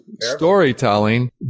storytelling